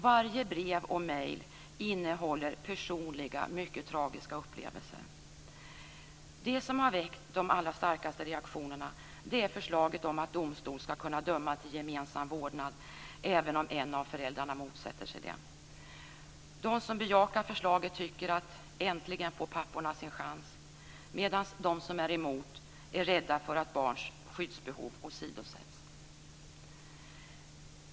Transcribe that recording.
Varje brev och mejl innehåller personliga, mycket tragiska upplevelser. Det som har väckt de allra starkaste reaktionerna är förslaget om att domstol skall kunna döma till gemensam vårdnad även om en av föräldrarna motsätter sig det. De som bejakar förslaget tycker att papporna äntligen får sin chans, medan de som är emot är rädda för att barns skyddsbehov åsidosätts.